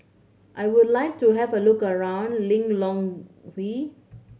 I would like to have a look around Lilongwe